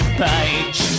page